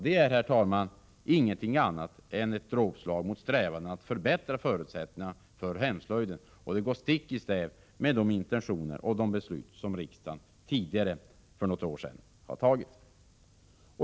Det är, herr talman, inget annat än ett dråpslag mot strävandena att förbättra förutsättningarna för hemslöjden och går stick i stäv med de intentioner och beslut som riksdagen för något år sedan fattade.